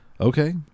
okay